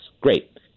Great